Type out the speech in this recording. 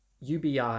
ubi